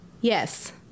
Yes